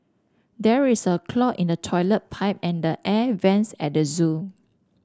there is a clog in the toilet pipe and the air vents at the zoo